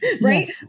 right